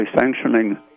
sanctioning